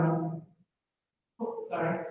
sorry